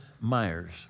Myers